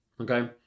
okay